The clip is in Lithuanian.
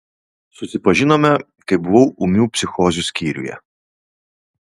susipažinome kai buvau ūmių psichozių skyriuje